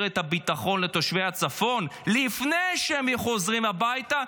את הביטחון לתושבי הצפון לפני שהם חוזרים הביתה.